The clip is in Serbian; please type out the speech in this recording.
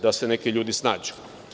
Da se neki ljudi snađu.